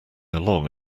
along